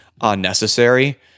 unnecessary